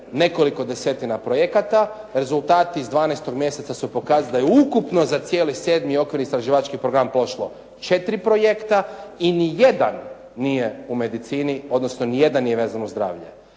nekoliko desetina projekata, rezultati iz 12. mjeseca će pokazati da je ukupno za cijeli … /Govornik se ne razumije./ … program prošlo 4 projekta i ni jedan nije u medicini, odnosno ni jedan nije vezan uz zdravlje.